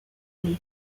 les